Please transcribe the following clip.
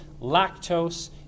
Lactose